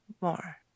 more